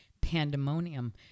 pandemonium